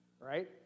right